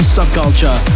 Subculture